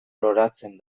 loratzen